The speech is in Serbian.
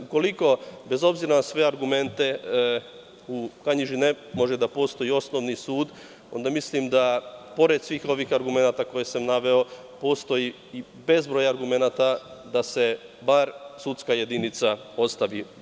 Ukoliko, bez obzira na sve argumente, u Kanjiži ne može da postoji osnovni sud, onda mislim da, pored svih ovih argumenata koje sam naveo, postoji i bezbroj argumenata da se bar sudska jedinica ostavi.